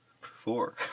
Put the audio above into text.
four